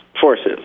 forces